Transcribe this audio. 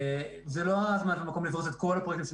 זה לא הזמן והמקום לפרוס את כל הפרויקטים של